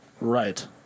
Right